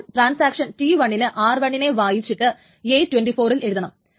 അപ്പോൾ transaction T 1 ന് r1 നെ വായിച്ചിട്ട് a24 ൽ എഴുതണം